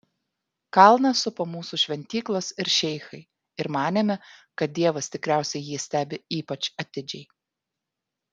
kalną supo mūsų šventyklos ir šeichai ir manėme kad dievas tikriausiai jį stebi ypač atidžiai